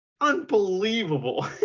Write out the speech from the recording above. unbelievable